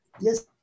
Yes